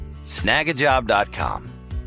Snagajob.com